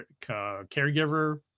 caregiver